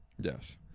Yes